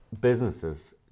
businesses